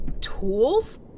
tools